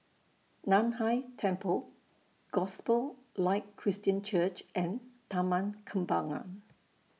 NAN Hai Temple Gospel Light Christian Church and Taman Kembangan